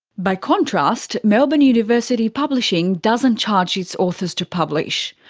by contrast, melbourne university publishing doesn't charge its authors to publish.